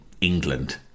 England